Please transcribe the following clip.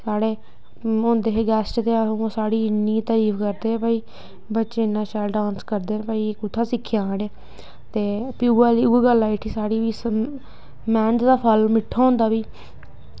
साढ़े होंदे हे गेस्ट ते ओह् साढ़ी इन्नी तरीफ करदे हे भई बच्चे इन्ना शैल डांस करदे कि भई कुत्थां सिक्खेआ इ'नें ते भई उ'ऐ गल्ल आई उठी साढ़ी बी मैह्नत दा फल मिट्ठा होंदा भई